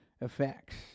effects